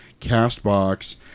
Castbox